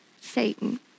Satan